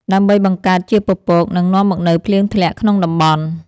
ដើម្បីបង្កើតជាពពក និងនាំមកនូវភ្លៀងធ្លាក់ក្នុងតំបន់។